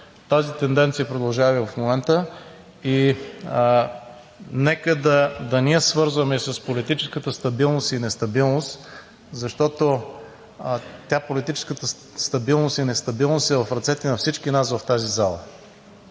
Тази тенденция продължава и в момента. Нека да не я свързваме с политическата стабилност и нестабилност, защото политическата стабилност и нестабилност е в ръцете на всички нас в зала